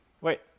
Wait